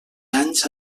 anys